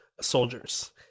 soldiers